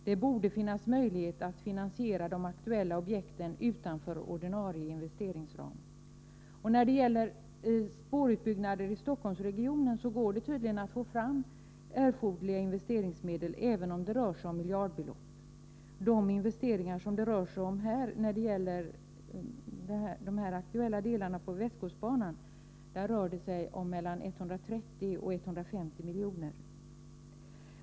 Det borde finnas möjlighet att finansiera de aktuella objekten utanför ordinarie investeringsram. När det gäller spårutbyggnader i Stockholmsregionen går det tydligen att få fram erforderliga investeringsmedel, även om det rör sig om miljardbelopp. De investeringar som det rör sig om när det gäller de här aktuella delarna av västkustbanan är 130 å 150 miljoner.